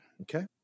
okay